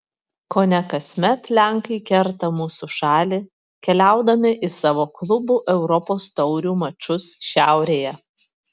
kone kasmet lenkai kerta mūsų šalį keliaudami į savo klubų europos taurių mačus šiaurėje